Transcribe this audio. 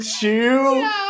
two